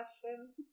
question